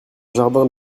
jardin